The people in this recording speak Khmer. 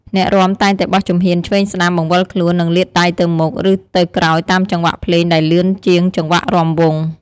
អ្នករាំតែងតែបោះជំហានឆ្វេងស្ដាំ បង្វិលខ្លួន និងលាតដៃទៅមុខ ឬទៅក្រោយតាមចង្វាក់ភ្លេងដែលលឿនជាងចង្វាក់រាំវង់។